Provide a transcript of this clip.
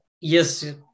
yes